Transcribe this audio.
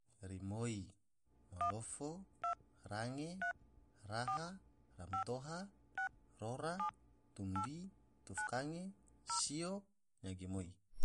Rimoi, malofo, range, raha, ramtoha, rora, tumdi, tufkange, sio, nyagi moi.